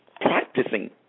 practicing